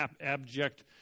abject